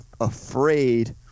afraid